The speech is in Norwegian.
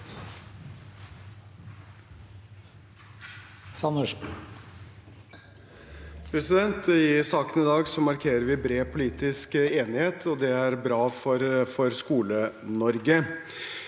I sakene i dag mar- kerer vi bred politisk enighet, og det er bra for SkoleNorge.